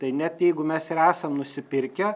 tai net jeigu mes ir esam nusipirkę